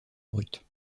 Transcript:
brut